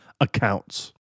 accounts